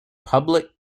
public